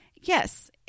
yes